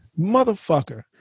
motherfucker